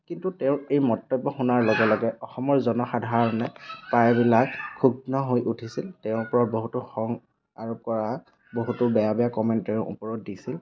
কিন্তু তেওঁৰ এই মন্তব্য শুনাৰ লগে লগে অসমৰ জনসাধাৰণে প্ৰায়বিলাক ক্ষুণ্ণ হৈ উঠিছিল তেওঁৰ ওপৰত বহুতো খং আৰু পৰা বহুতো বেয়া বেয়া কমেণ্ট তেওঁৰ ওপৰত দিছিল